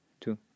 two